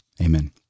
Amen